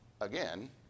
again